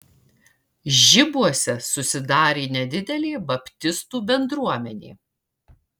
žibuose susidarė nedidelė baptistų bendruomenė